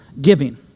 Giving